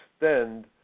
extend